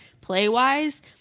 play-wise